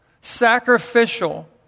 sacrificial